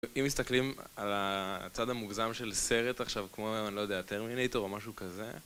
אם מסתכלים על הצד המוגזם של סרט עכשיו, כמו, אני לא יודע, טרמינטור או משהו כזה...